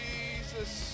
Jesus